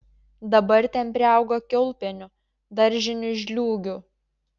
dabar ten priaugo kiaulpienių daržinių žliūgių